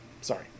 Sorry